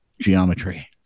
geometry